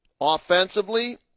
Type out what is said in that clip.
offensively